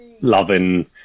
loving